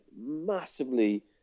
massively